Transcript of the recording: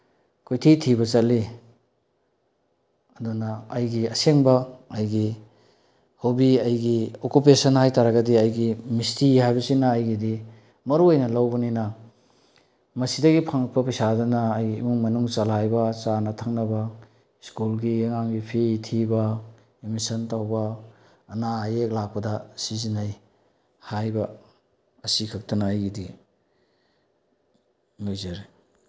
ꯀꯣꯏꯊꯤ ꯊꯤꯕ ꯆꯠꯂꯤ ꯑꯗꯨꯅ ꯑꯩꯒꯤ ꯑꯁꯦꯡꯕ ꯑꯩꯒꯤ ꯍꯣꯕꯤ ꯑꯩꯒꯤ ꯑꯣꯀꯨꯄꯦꯁꯟ ꯍꯥꯏ ꯇꯥꯔꯒꯗꯤ ꯑꯩꯒꯤ ꯃꯤꯁꯇ꯭ꯔꯤ ꯍꯥꯏꯕꯁꯤꯅ ꯑꯩꯒꯤꯗꯤ ꯃꯔꯨꯑꯣꯏꯅ ꯂꯧꯕꯅꯤꯅ ꯃꯁꯤꯗꯒꯤ ꯐꯪꯉꯛꯄ ꯄꯩꯁꯥꯗꯨꯅ ꯑꯩꯒꯤ ꯏꯃꯨꯡ ꯃꯅꯨꯡ ꯆꯂꯥꯏꯕ ꯆꯥꯅ ꯊꯛꯅꯕ ꯁ꯭ꯀꯨꯜꯒꯤ ꯑꯉꯥꯡꯒꯤ ꯐꯤ ꯊꯤꯕ ꯑꯦꯠꯃꯤꯁꯟ ꯇꯧꯕ ꯑꯅꯥ ꯑꯌꯦꯛ ꯂꯥꯛꯄꯗ ꯁꯤꯖꯟꯅꯩ ꯍꯥꯏꯕ ꯑꯁꯤ ꯈꯛꯇꯅ ꯑꯩꯒꯤꯗꯤ ꯂꯣꯏꯖꯔꯦ